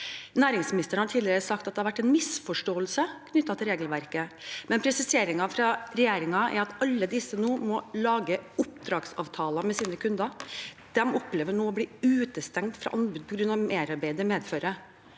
Næringsministeren har tidligere sagt at det har vært en misforståelse knyttet til regelverket, men presiseringen fra regjeringen er at alle disse nå må lage oppdragsavtaler med sine kunder. De opplever nå å bli utestengt fra anbud på grunn av merarbeidet det medfører.